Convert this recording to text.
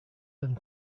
than